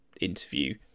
interview